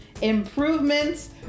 improvements